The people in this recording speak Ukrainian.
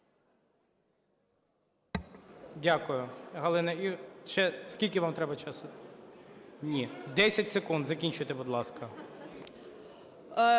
Дякую, Галина… Ще скільки вам треба часу? Ні, 10 секунд. Закінчуйте, будь ласка.